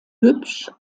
hübsch